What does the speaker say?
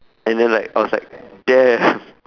and then like I was like damn